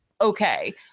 Okay